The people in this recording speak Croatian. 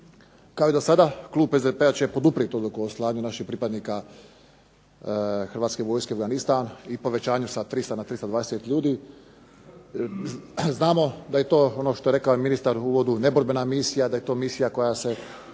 Kao i dosada klub SDP-a će poduprijeti odluku o slanju naših pripadnika hrvatske vojske u Afganistan i povećanju sa 300 na 320 ljudi. Znamo da je to i ono što je rekao i ministar u uvodu neborbena misija, misija koja će